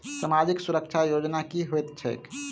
सामाजिक सुरक्षा योजना की होइत छैक?